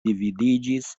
dividiĝis